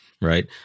right